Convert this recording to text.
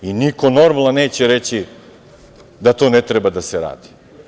I niko normalan neće reći da to ne treba da se radi.